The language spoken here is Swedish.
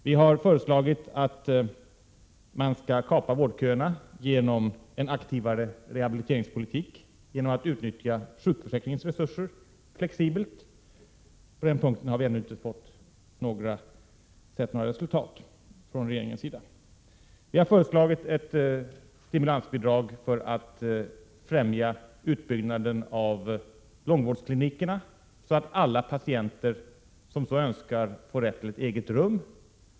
Vi har föreslagit att vårdköerna skall kapas genom en aktivare rehabiliteringspolitik och genom att utnyttja sjukförsäkringens resurser flexibelt. På den punkten har vi ännu inte sett några åtgärder från regeringen. Vi har vidare föreslagit ett stimulansbidrag för att främja utbyggnaden av långvårdsklinikerna så att alla patienter som så önskar får rätt till ett eget rum.